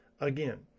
Again